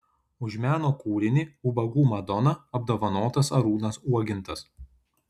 už meno kūrinį ubagų madona apdovanotas arūnas uogintas